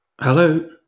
Hello